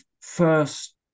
first